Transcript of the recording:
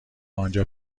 آنجا